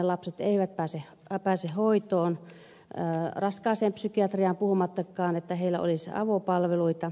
lapset eivät pääse hoitoon raskaaseen psykiatriaan puhumattakaan että heillä olisi avopalveluita